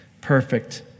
Perfect